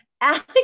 Alex